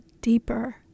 deeper